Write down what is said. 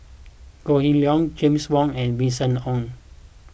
Goh Kheng Long James Wong and Winston Oh